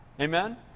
Amen